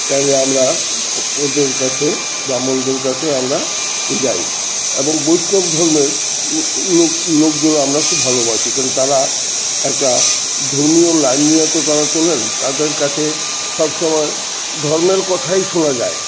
তাইলে আমরা ওদের কাছে ব্রাহ্মণদের কাছে আমরা যাই এবং বৈষ্ণব ধর্মের লোক লোকদের আমরা খুব ভালোবাসি কারণ তারা একটা ধর্মীয় লাইন নিয়ে তো তারা চলেন তাদের কাছে সব সমময় ধর্মের কথাই শোনা যায়